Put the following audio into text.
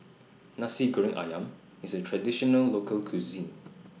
Nasi Goreng Ayam IS A Traditional Local Cuisine